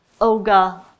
Olga